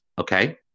okay